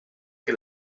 que